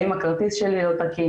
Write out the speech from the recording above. האם הכרטיס שלי לא תקין,